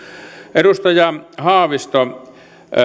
edustaja haavisto